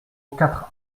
quatre